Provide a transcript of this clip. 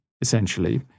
essentially